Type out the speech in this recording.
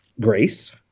grace